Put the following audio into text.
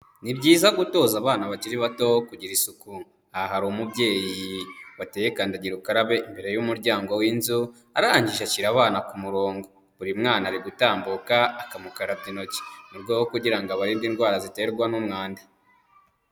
Ni byiza gutoza abana bakiri bato kugira isuku, aha hari umubyeyi wateye kandagira ukarabe imbere y'umuryango w'inzu arangije ashyira abana ku murongo, buri mwana ari gutambuka akamukarabya intoki mu rwego rwo kugira ngo abarinde indwara ziterwa n'umwanda.